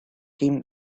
him